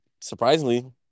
Surprisingly